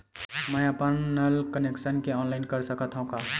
मैं अपन नल कनेक्शन के ऑनलाइन कर सकथव का?